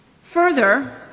Further